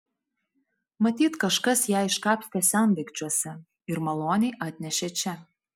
matyt kažkas ją iškapstė sendaikčiuose ir maloniai atnešė čia